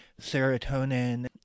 serotonin